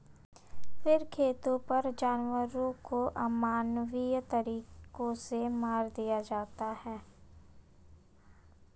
फर खेतों पर जानवरों को अमानवीय तरीकों से मार दिया जाता है